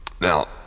Now